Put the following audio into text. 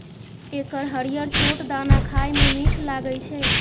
एकर हरियर छोट दाना खाए मे मीठ लागै छै